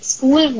School